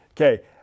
Okay